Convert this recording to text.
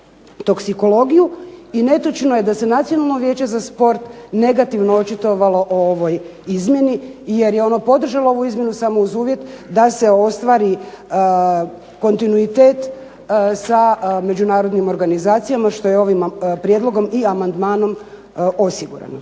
I netočno je da se Nacionalno vijeće za sport negativno očitovalo o ovoj izmjeni jer je ono podržalo ovu izmjenu samo uz uvjet da se ostvari kontinuitet sa međunarodnim organizacijama što je ovim prijedlogom i amandmanom osigurano.